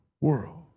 world